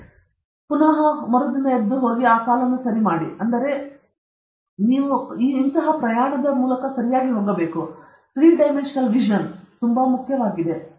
ಇತರರಿಗೆ ಮಾತನಾಡುವುದು ನಿಮ್ಮ ವಿದ್ಯಾರ್ಥಿವೇತನವನ್ನು ಅಭಿವೃದ್ಧಿಪಡಿಸುವುದು ಮತ್ತು ನಂತರ ದೊಡ್ಡ ಗ್ರಂಥಗಳ ಗ್ರಂಥಾಲಯ ನೀವು ಜೀವನಚರಿತ್ರೆಗಳನ್ನು ನೋಡಬೇಕು ನೀವು ಪ್ರೇರಿತರಾಗಿರಬೇಕು ನೀವು ಕಲ್ಪನೆಗಳ ದೊಡ್ಡ ಗ್ರಂಥಾಲಯವನ್ನು ಹೊಂದಿರಬೇಕು ಅಲ್ಲಿ ನೀವು ಅನೇಕ ವಿಚಾರಗಳನ್ನು ಸೃಷ್ಟಿಸಲು ಮತ್ತು ಅವುಗಳನ್ನು ಸರಿ ಮಾಡಲು ಪ್ರಯತ್ನಿಸಬಹುದು